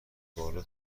بالا